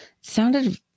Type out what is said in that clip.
Sounded